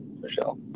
Michelle